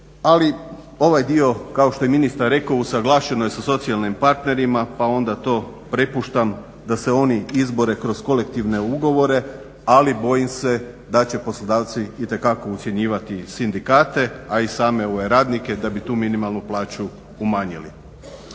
Ali, ovaj dio kao što je ministar rekao usuglašeno je sa socijalnim partnerima pa onda to prepuštam da se oni izbore kroz kolektivne ugovore, ali bojim se da će poslodavci itekako ucjenjivati sindikate a i same ove radnike, da bi tu minimalnu plaću umanjili.